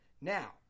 Now